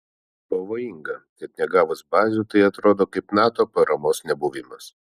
pavojinga kad negavus bazių tai atrodo kaip nato paramos nebuvimas